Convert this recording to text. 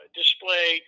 display